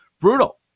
brutal